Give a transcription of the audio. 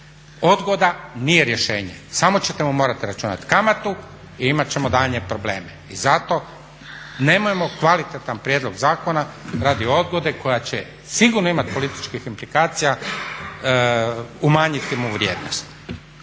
odgoda nije rješenje, samo ćete morati računati kamatu i imat ćemo daljnje probleme. I zato nemojmo kvalitetan prijedlog zakona radi odgode koja će sigurno imati političkih implikacija umanjiti mu vrijednost.